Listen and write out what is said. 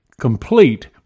complete